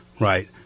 right